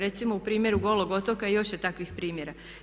Recimo u primjeru Golog otoka, a još ima takvih primjera.